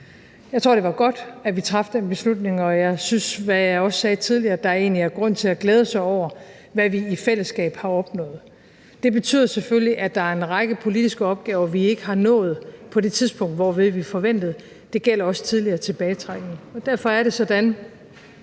Jeg tror, det var godt, at vi traf den beslutning, og jeg synes – hvilket jeg også sagde tidligere – at der egentlig er grund til at glæde sig over, hvad vi i fællesskab har opnået. Det betyder selvfølgelig, at der er en række politiske opgaver, som vi ikke har nået på det tidspunkt, hvor vi forventede det. Det gælder også tidligere tilbagetrækning. Og derfor er det sådan,